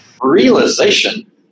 realization